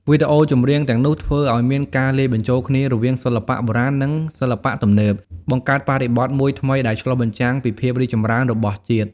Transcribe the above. វីដេអូចម្រៀងទាំងនោះធ្វើឲ្យមានការលាយបញ្ចូលគ្នារវាងសិល្បៈបុរាណនឹងសិល្បៈទំនើប បង្កើតបរិបទថ្មីមួយដែលឆ្លុះបញ្ចាំងពីភាពរីកចម្រើនរបស់ជាតិ។